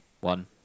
one